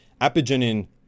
Apigenin